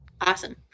Awesome